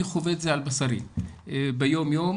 אני חווה את זה על בשרי ביום יום,